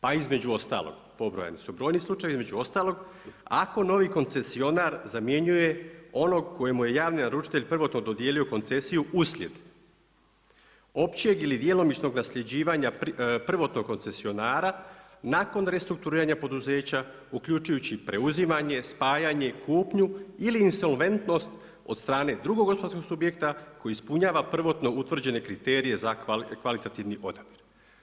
Pa između ostalog pobrojani su, brojni slučajevi između ostalog: ako novi koncesionar zamjenjuje onog kojeg mu je javni naručitelj prvotno dodijelio koncesiju uslijed općeg ili djelomičnog nasljeđivanja prvotnog koncesionara nakon restrukturiranja poduzeća uključujući preuzimanje, spajanje, kupnju ili insolventnost od strane drugog gospodarskog subjekta koji ispunjava prvotno utvrđene kriterije za kvalitativni odabir.